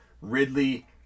Ridley